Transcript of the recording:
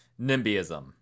NIMBYism